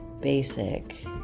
basic